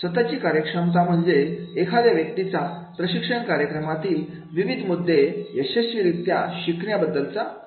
स्वतःची कार्यक्षमता म्हणजे एखाद्या व्यक्तीचा प्रशिक्षण कार्यक्रमातील विविध मुद्दे यशस्वीरित्या शिकण्या बद्दल विश्वास होय